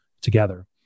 together